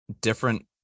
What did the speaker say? different